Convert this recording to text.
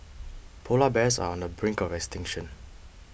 Polar Bears are on the brink of extinction